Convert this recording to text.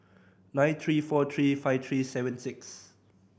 nine three four three five three seven six